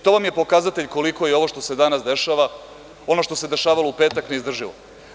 To vam je pokazatelj koliko je ovo što se danas dešava, ono što se dešavalo u petak neizdrživo.